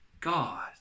God